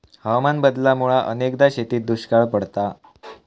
हवामान बदलामुळा अनेकदा शेतीत दुष्काळ पडता